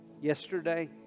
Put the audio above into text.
Yesterday